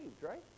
right